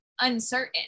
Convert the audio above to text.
uncertain